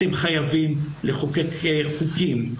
אתם חייבים לחוקק חוקים,